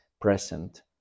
present